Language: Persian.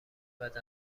بعد